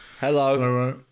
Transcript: Hello